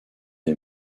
les